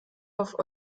auf